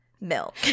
Milk